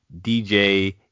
DJ